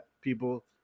people